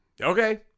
Okay